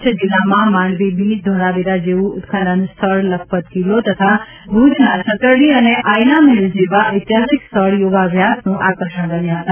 કચ્છ જિલ્લામાં માંડવી બીચ ધોળાવીરા જેવું ઉત્ખનન સ્થળ લખપત કિલ્લો તથા ભૂજના છતરડી અને આયના મહેલ જેવા ઐતિહાસિક સ્થળ યોગાભ્યાસનું આકર્ષણ બન્યા હતા